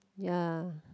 ya